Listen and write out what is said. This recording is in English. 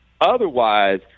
Otherwise